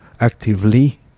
actively